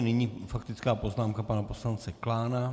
Nyní faktická poznámka pana poslance Klána.